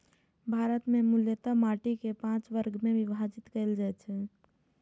भारत मे मूलतः माटि कें पांच वर्ग मे विभाजित कैल जाइ छै